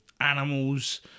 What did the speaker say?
animals